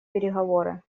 переговоры